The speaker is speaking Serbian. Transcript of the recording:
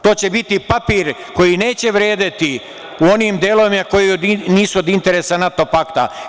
To će biti papir koji neće vredeti u onim delovima koji nisu od interesa NATO pakta.